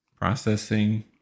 Processing